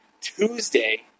Tuesday